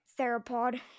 theropod